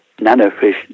nanofish